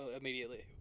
immediately